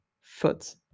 Foot